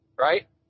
right